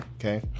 okay